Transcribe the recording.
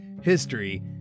history